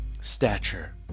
stature